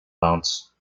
bounce